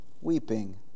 weeping